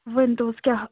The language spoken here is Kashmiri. ؤنتو حظ کیٛاہ